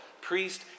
priest